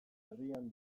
herrian